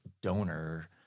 donor